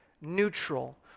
neutral